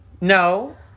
No